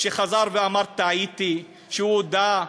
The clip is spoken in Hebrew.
חזר ואמר: טעיתי, הודה,